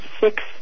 six